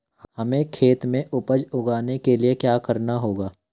हमें खेत में उपज उगाने के लिये क्या करना होगा?